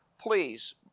please